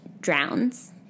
drowns